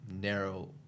narrow